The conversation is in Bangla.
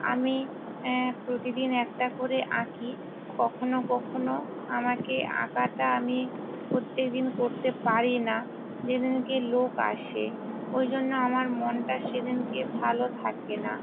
আমি প্রতিদিন একটা করে আঁকি কখনো কখনো আমাকে আঁকাটা আমি প্রত্যেক দিন করতে পারি না যে দিনকে লোক আসে ওই জন্য আমার মনটা সেদিনকে ভালো থাকে না